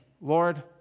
Lord